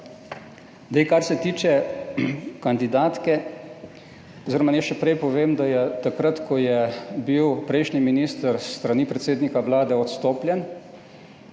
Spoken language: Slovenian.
kar se tiče kandidatke oziroma naj še prej povem, da je takrat, ko je bil prejšnji minister s strani predsednika Vlade odstopljen,